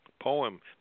poem